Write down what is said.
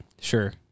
Sure